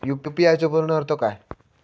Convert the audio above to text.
UPI चो पूर्ण अर्थ काय?